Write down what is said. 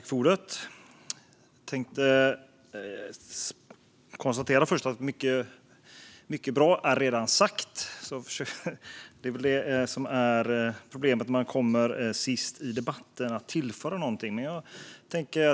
Fru talman! Mycket bra har redan sagts. Problemet när man kommer sist i debatten är att tillföra någonting.